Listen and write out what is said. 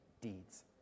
deeds